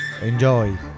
enjoy